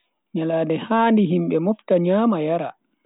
Nyalande hanami, himbe mofta nyama yara.